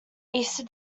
easter